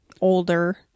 older